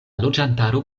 loĝantaro